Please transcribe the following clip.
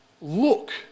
look